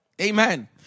Amen